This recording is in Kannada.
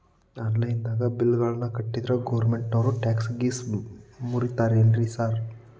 ಆನ್ಲೈನ್ ದಾಗ ಬಿಲ್ ಗಳನ್ನಾ ಕಟ್ಟದ್ರೆ ಗೋರ್ಮೆಂಟಿನೋರ್ ಟ್ಯಾಕ್ಸ್ ಗೇಸ್ ಮುರೇತಾರೆನ್ರಿ ಸಾರ್?